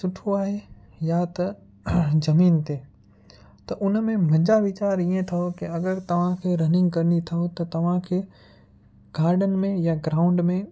सुठो आहे या त ज़मीन ते त उनमें मुंहिंजा विचार ईअं अथव कि अगरि तव्हां खे रनिंग करिणी अथव त तव्हा खे गार्डन में या ग्राउंड में